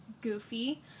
goofy